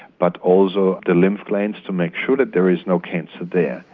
but also the lymph glands to make sure that there is no cancer there.